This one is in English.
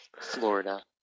Florida